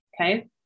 okay